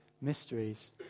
mysteries